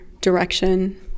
direction